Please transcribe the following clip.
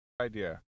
Idea